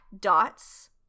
dots